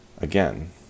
again